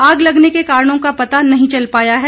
आग लगने के कारणों का पता नहीं चल पाया है